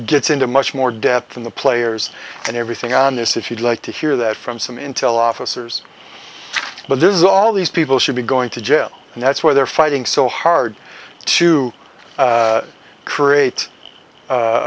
gets into much more depth than the players and everything on this if you'd like to hear that from some intel officers but this is all these people should be going to jail and that's why they're fighting so hard to create a